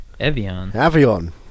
Avion